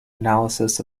analysis